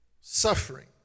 Suffering